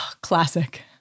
Classic